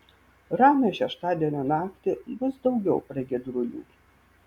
ramią šeštadienio naktį bus daugiau pragiedrulių